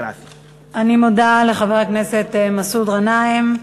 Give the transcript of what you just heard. אני מודה לחבר הכנסת מסעוד גנאים.